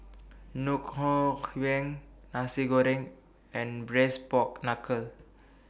Ngoh Hiang Nasi Goreng and Braised Pork Knuckle